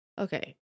Okay